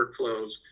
workflows